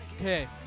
Okay